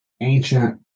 ancient